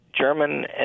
German